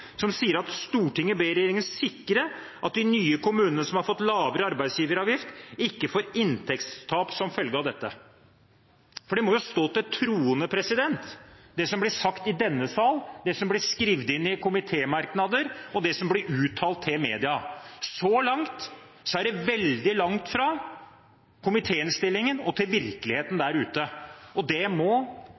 som sier at Stortinget ber regjeringen sikre at de nye kommunene som har fått lavere arbeidsgiveravgift ikke får inntektstap som følge av dette. For det må stå til troende, det som blir sagt i denne sal, det som blir skrevet i komitémerknader, og det som blir uttalt til media. Så langt er det veldig langt fra komitéinnstillingen og til virkeligheten der ute. Dette må det,